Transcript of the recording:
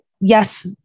yes